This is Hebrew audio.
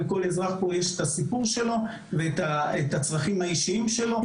לכל אזרח יש פה את הסיפור שלו ואת הצרכים האישיים שלו.